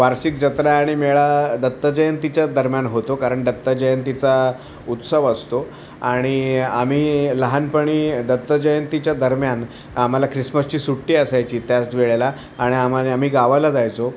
वार्षिक जत्रा आणि मेळा दत्तजयंतीच्या दरम्यान होतो कारण दत्तजयंतीचा उत्सव असतो आणि आम्ही लहानपणी दत्तजयंतीच्या दरम्यान आम्हाला ख्रिसमसची सुट्टी असायची त्याच वेळेला आणि आम्हाला आम्ही गावाला जायचो